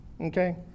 Okay